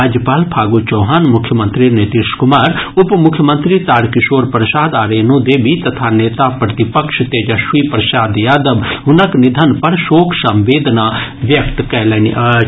राज्यपाल फागू चौहान मुख्यमंत्री नीतीश कुमार उपमुख्यमंत्री तारकिशोर प्रसाद आ रेणु देवी तथा नेता प्रतिपक्ष तेजस्वी प्रसाद यादव हुनक निधन पर शोक संवेदना व्यक्त कयलनि अछि